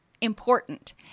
important